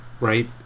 right